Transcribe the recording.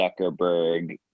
Zuckerberg